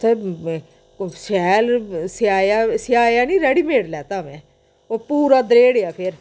उत्थें कोई शैल सेआया सेआया नी रडीमेड लैता में ओह् पूरा दरेड़ेआ फिर